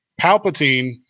Palpatine